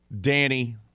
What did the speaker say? Danny